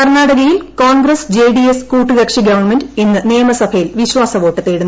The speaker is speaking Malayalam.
കർണാടകയിൽ ക്ലോൺഗ്രസ് ജെഡിഎസ് കൂട്ടുകക്ഷി ഗവൺമെന്റ് ഇന്ന് നിയമസഭയിൽ വിശ്വാസവോട്ട് തേടുന്നു